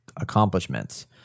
accomplishments